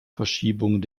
verschiebung